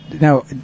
now